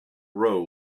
row